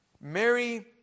Mary